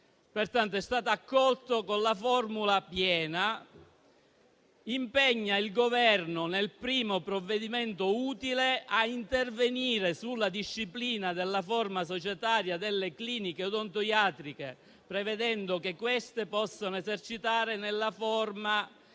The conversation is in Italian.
è stato accolto con la formula piena, impegna il Governo nel primo provvedimento utile a intervenire sulla disciplina della forma societaria delle cliniche odontoiatriche, prevedendo che queste possano esercitare nella forma di società